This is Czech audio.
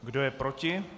Kdo je proti?